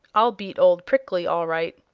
i'll beat old prickly, all right.